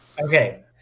okay